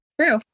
True